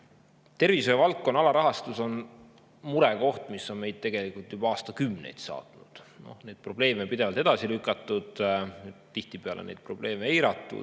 Tervishoiuvaldkonna alarahastus on murekoht, mis on meid juba aastakümneid saatnud. Neid probleeme on pidevalt edasi lükatud, tihtipeale on neid probleeme eiratud.